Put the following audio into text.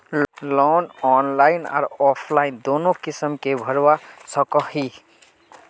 Loan online आर offline दोनों किसम के भरवा सकोहो ही?